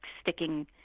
sticking